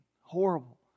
horrible